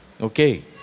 Okay